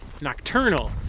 nocturnal